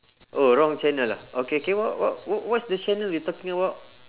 oh wrong channel ah okay K what what w~ what's the channel you talking about